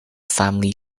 family